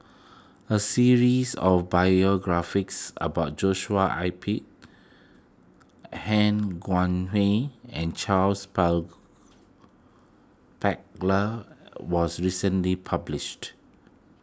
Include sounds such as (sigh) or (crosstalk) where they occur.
a series of biographies about Joshua I P Han Guangwei and Charles (unintelligible) Paglar was recently published